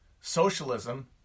socialism